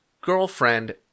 girlfriend